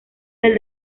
del